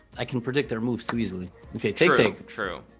i can predict their moves too easily take take true